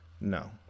No